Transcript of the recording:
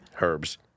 Herbs